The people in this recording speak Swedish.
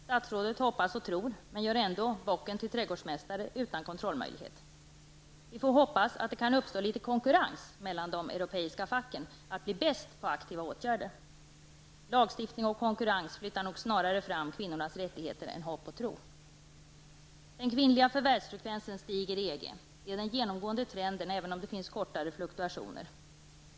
Statsrådet hoppas och tror men gör ändå bocken till trädgårdsmästare utan kontrollmöjlighet. Vi får hoppas att det kan uppstå litet konkurrens mellan de europeiska facken på att bli bäst på aktiva åtgärder. Lagstiftning och konkurrens flyttar nog snarare fram kvinnornas rättigheter än hopp och tro. Den kvinnliga förvärvsfrekvensen stiger i EG. Det är den genomgående trenden även om det finns kortare fluktuationer.